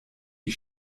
die